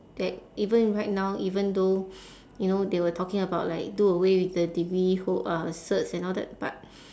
that even right now even though you know they were talking about like do away with the degree ho~ uh certs and all that but